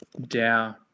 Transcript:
der